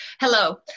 Hello